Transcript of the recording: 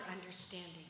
understanding